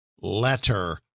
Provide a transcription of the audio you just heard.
letter